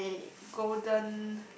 my golden